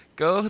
go